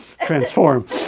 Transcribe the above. transform